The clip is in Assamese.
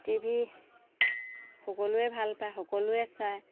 টি ভি সকলোৱে ভাল পায় সকলোৱে চায়